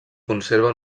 conserva